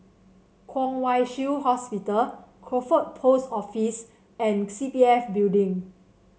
Kwong Wai Shiu Hospital Crawford Post Office and C P F Building